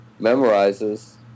memorizes